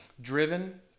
driven